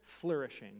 flourishing